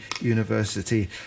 University